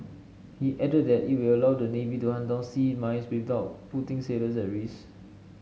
he added that it will allow the navy to hunt down sea mines without putting sailors at risk